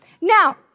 Now